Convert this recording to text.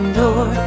door